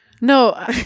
No